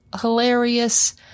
hilarious